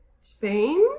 Spain